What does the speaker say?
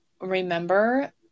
remember